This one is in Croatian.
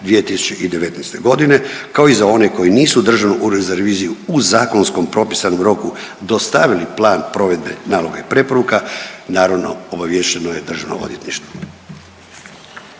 2019., kao i za one koji nisu u Državnom uredu za reviziju u zakonskom propisanom roku dostavili plan provedbe naloga i preporuka, naravno obaviješteno je Državno odvjetništvo.